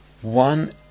One